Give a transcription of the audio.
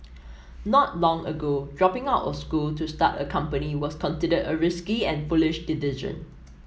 not long ago dropping out of school to start a company was considered a risky and foolish decision